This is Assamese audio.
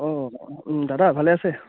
অঁ দাদা ভালে আছে